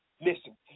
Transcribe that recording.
Listen